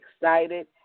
excited